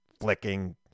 flicking